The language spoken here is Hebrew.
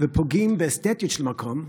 ופוגעים באסתטיות של המקום,